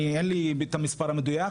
אין לי את המספר המדויק,